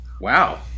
Wow